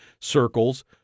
circles